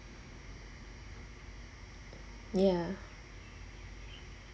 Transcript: ya